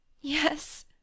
Yes